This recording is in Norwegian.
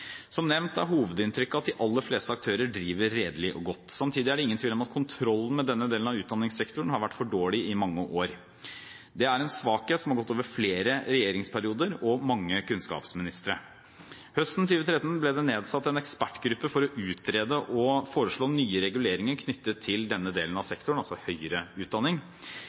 Som nevnt er hovedinntrykket at de aller fleste aktører driver redelig og godt. Samtidig er det ingen tvil om at kontrollen med denne delen av utdanningssektoren har vært for dårlig i mange år. Det er en svakhet som har gått over flere regjeringsperioder og mange kunnskapsministre. Høsten 2013 ble det nedsatt en ekspertgruppe for å utrede og foreslå nye reguleringer knyttet til denne delen av sektoren, altså høyere utdanning.